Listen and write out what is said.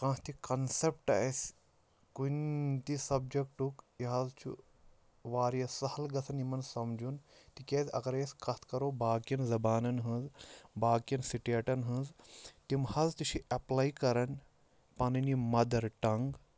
کانٛہہ تہِ کَنسٮ۪پٹ اَسہِ کُنہِ تہِ سَبجَکٹُک یہِ حظ چھُ واریاہ سَہل گَژھان یِمَن سَمجُن تِکیٛازِ اَگَرَے أسۍ کَتھ کَرو باقٕیَن زَبانَن ہٕنٛز باقیَن سٹیٹَن ہٕنٛز تِم حظ تہِ چھِ ایپلاے کَران پَنٕنۍ یہِ مَدَر ٹنٛگ